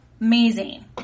amazing